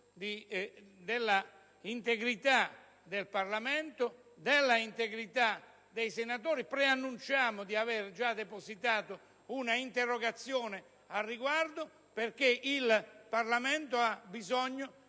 dell'integrità del Parlamento e dell'integrità dei senatori. Preannunciamo, inoltre, di aver già depositato un'interrogazione al riguardo perché il Parlamento ha bisogno